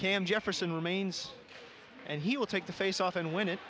cam jefferson remains and he will take the face off and when it